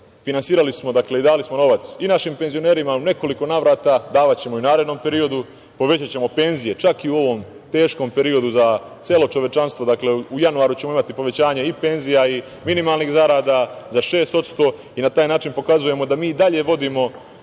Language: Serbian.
finansirali smo i dali smo novac i našim penzionerima u nekoliko navrata, davaćemo i u narednom periodu, povećaćemo penzije, čak i u ovom teškom periodu za celo čovečanstvo. Dakle, u januaru ćemo imati povećanje i penzija i minimalnih zarada za 6% i na taj način pokazujemo da mi i dalje vodimo